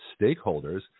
stakeholders